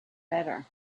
better